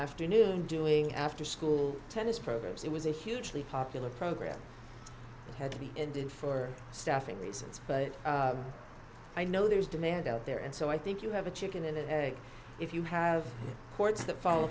afternoon doing after school tennis programs it was a hugely popular program that had to be ended for staffing reasons but i know there is demand out there and so i think you have a chicken and egg if you have courts that fall